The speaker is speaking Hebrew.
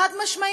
חד-משמעית,